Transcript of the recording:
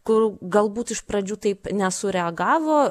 kur galbūt iš pradžių taip nesureagavo